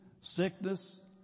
sickness